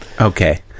Okay